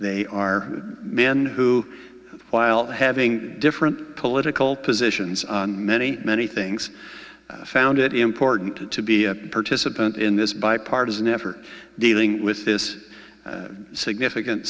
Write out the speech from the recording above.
they are men who while having different political positions on many many things found it important to be a participant in this bipartisan effort dealing with this significant